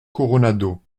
coronado